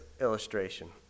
illustration